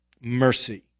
mercy